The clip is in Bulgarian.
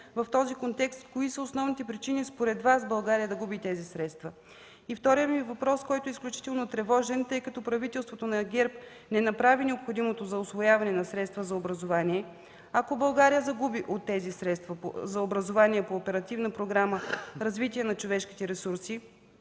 В този контекст – кои са основните причини според Вас България да губи тези средства? Вторият ми въпрос, който е изключително сериозен, тъй като правителството на ГЕРБ не направи необходимото за усвояване на средства за образование, ако България загуби от тези средства за образование по Оперативна програма „Развитие на човешките ресурси”,